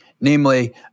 Namely